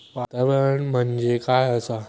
वातावरण म्हणजे काय असा?